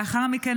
לאחר מכן,